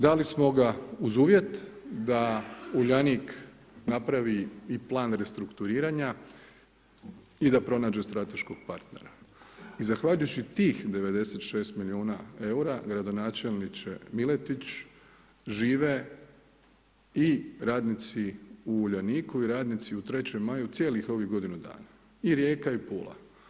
Dali smo ga uz uvjet da Uljanik napravi i plan restrukturiranja i da pronađe strateškog partnera i zahvaljujući tih 96 milijuna eura, gradonačelniče Miletić, žive i radnici u Uljaniku i radnici u Trećem maju cijelih ovih godinu dana i Rijeka i Pula.